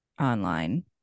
online